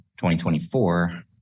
2024